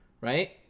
right